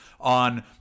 on